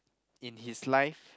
in his life